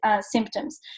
symptoms